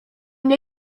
nie